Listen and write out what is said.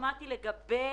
לגבי